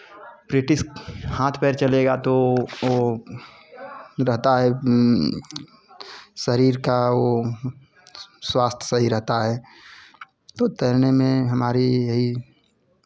practice हाथ पैर चलेगा तो वो रहता है शरीर का वो स्वास्थ्य सही रहता है तो तैरने में हमारी यही